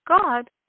God